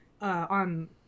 on